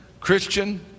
Christian